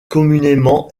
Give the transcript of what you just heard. communément